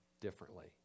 differently